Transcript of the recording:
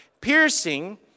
Piercing